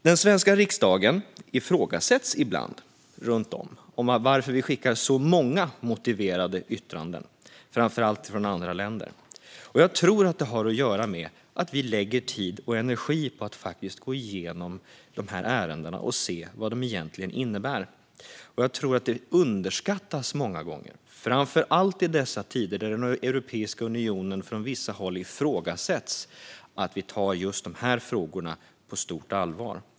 Den svenska riksdagen ifrågasätts ibland runt om, framför allt från andra länder. Man undrar varför vi skickar så många motiverande yttranden. Jag tror att det har att göra med att vi lägger tid och energi på att faktiskt gå igenom ärendena och se vad de egentligen innebär. Jag tror att det många gånger underskattas, framför allt i dessa tider då det från vissa håll i Europeiska unionen ifrågasätts att vi tar just de här frågorna på stort allvar.